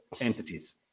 entities